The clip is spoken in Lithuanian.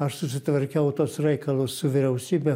aš susitvarkiau tuos reikalus su vyriausybe